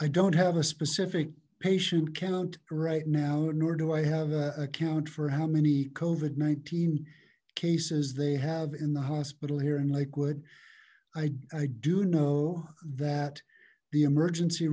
i don't have a specific patient count right now nor do i have a count for how many kovat nineteen cases they have in the hospital here in lakewood i do know that the emergency